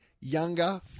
younger